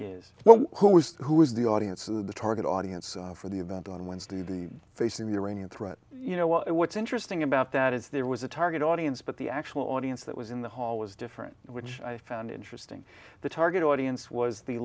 is well who was who was the audience who the target audience for the event on wednesday the facing the iranian threat you know what's interesting about that is there was a target audience but the actual audience that was in the hall was different which i found interesting the target audience was the